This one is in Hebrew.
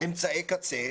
אמצעי קצה,